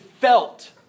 felt